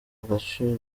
agaciro